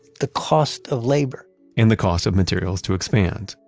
the cost of labor and the cost of materials to expand.